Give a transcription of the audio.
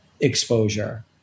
exposure